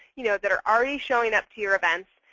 you know that are already showing up to your events.